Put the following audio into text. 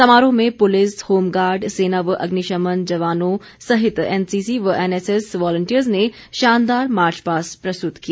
समारोह में police home guard सेना व अग्निशमन जवानों सहित एनसीसी व एनएसएस वॉलंटियर्स ने शानदार मार्चपास्ट प्रस्तुत किया